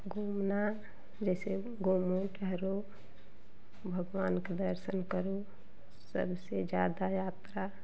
घूमना जैसे भगवान के दर्शन करो सबसे ज़्यादा यात्रा